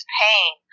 pain